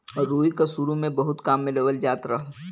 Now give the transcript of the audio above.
रुई क सुरु में बहुत काम में लेवल जात रहल